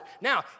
Now